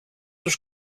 τους